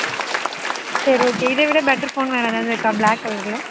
சரி ஓகே இதை விட பெட்டர் ஃபோன் வேறு எதாவது இருக்கா பிளாக் கலரில்